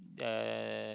uh